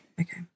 Okay